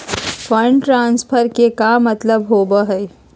Fund transfer के का मतलब होव हई?